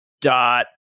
dot